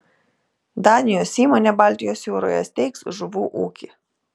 danijos įmonė baltijos jūroje steigs žuvų ūkį